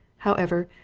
however,